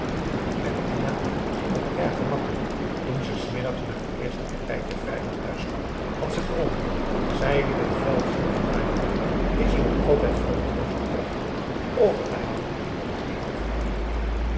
met minah ging het erg gemakkelijk toen ze s middags na het eerste partijtje vrij laat thuis kwam had ze gewonnen zij liet het geld zien aan dailah die ze nog altijd vruchteloos getracht had over te halen met haar mee te gaan